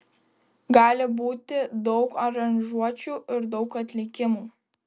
gali būti daug aranžuočių ir daug atlikimų